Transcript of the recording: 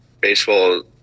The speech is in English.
baseball